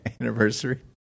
anniversary